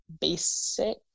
basic